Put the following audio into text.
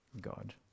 God